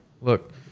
look